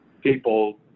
people